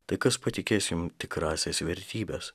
tai kas patikės jum tikrąsias vertybes